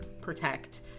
protect